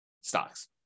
stocks